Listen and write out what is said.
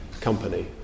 company